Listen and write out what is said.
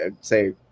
say